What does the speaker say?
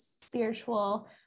spiritual